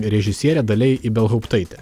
režisierė dalia ibelhauptaitė